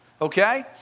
okay